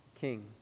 king